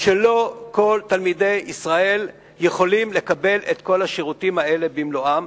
שלא כל תלמידי ישראל יכולים לקבל את כל השירותים האלה במלואם.